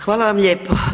Hvala vam lijepo.